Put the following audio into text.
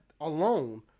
alone